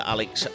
Alex